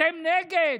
אתם נגד?